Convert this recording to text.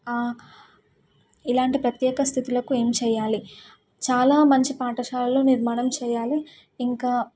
ఇలాంటి ప్రత్యేక స్థితులకు ఏం చేయాలి చాలా మంచి పాఠశాలలో నిర్మాణం చేయాలి ఇంకా